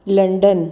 London